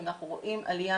אז אנחנו רואים עלייה,